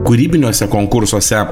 kūrybiniuose konkursuose